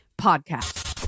Podcast